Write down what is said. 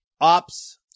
ops